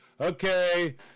Okay